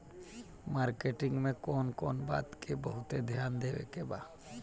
Marketing मे कौन कौन बात के बहुत ध्यान देवे के बा?